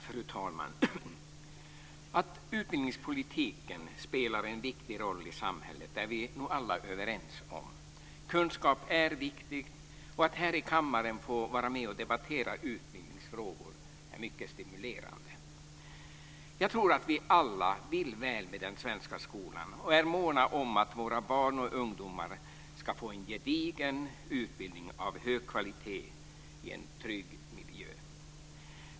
Fru talman! Att utbildningspolitiken spelar en viktig roll i samhället är vi nog alla överens om. Kunskap är viktigt och att här i kammaren få vara med och debattera utbildningsfrågor är mycket stimulerande. Jag tror att vi alla vill väl med den svenska skolan och är måna om att våra barn och ungdomar ska få en gedigen utbildning av hög kvalitet i en trygg miljö.